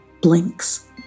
blinks